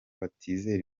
batizera